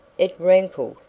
it rankled,